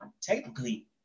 technically